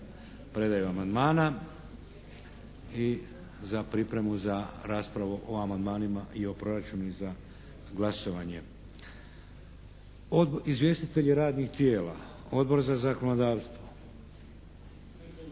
predaju amandmana i za pripremu za raspravu o amandmanima i o proračunu za glasovanje. Izvjestitelji radnih tijela Odbor za zakonodavstvo,